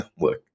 Look